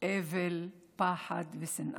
אבל, פחד ושנאה,